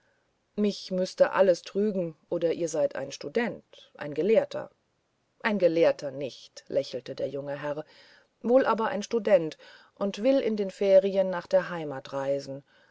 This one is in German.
mich müßte alles trügen oder ihr seid ein student ein gelehrter ein gelehrter nicht lächelte der junge herr wohl aber ein student und will in den ferien nach der heimat reisen